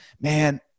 man